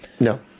No